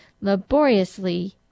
laboriously